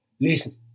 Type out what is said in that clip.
listen